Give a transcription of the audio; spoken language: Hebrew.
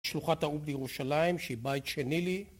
שלוחת האום בירושלים, שהיא בית שני לי